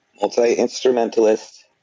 multi-instrumentalist